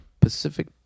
Pacific